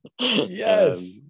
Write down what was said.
yes